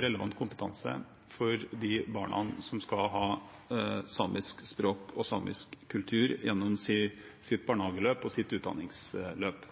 relevant kompetanse for de barna som skal ha samisk språk og samisk kultur gjennom sitt barnehageløp og utdanningsløp.